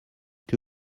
que